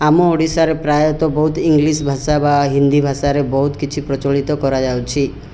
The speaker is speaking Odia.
ଆମ ଓଡ଼ିଶାର ପ୍ରାୟତଃ ବହୁତ ଇଂଗ୍ଲିଶ୍ ଭାଷା ବା ହିନ୍ଦୀ ଭାଷାରେ ବହୁତ କିଛି ପ୍ରଚଳିତ କରାଯାଉଛି